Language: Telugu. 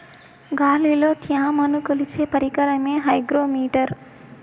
గాలిలో త్యమను కొలిచే పరికరమే హైగ్రో మిటర్